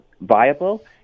viable